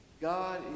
God